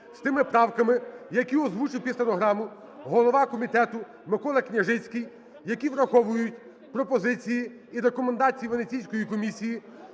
з тими правками, які озвучив під стенограму голова комітету Микола Княжицький, які враховують пропозиції і рекомендації Венеційської комісії,